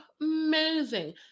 amazing